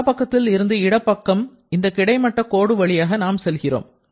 வலப் பக்கத்தில் இருந்து இடப்பக்கம் இந்த கிடைமட்ட கோடு வழியாக நாம் செல்கிறோம்